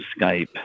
Skype